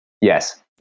Yes